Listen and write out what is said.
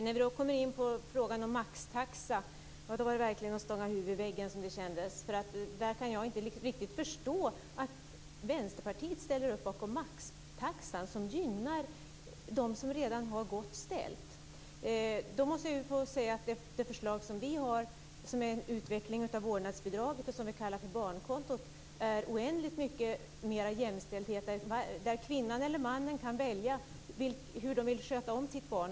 När vi kom in på frågan om maxtaxa var det verkligen att stånga huvudet i väggen, som det kändes. Jag kan inte riktigt förstå att Vänsterpartiet ställer upp bakom maxtaxan som gynnar dem som redan har det gott ställt. Det förslag som vi har, som är en utveckling av vårdnadsbidraget och som vi kallar för barnkontot, är oändligt mycket mer jämställt. Mannen och kvinnan kan välja hur de vill sköta om sitt barn.